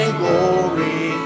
glory